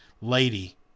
Lady